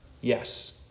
Yes